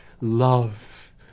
love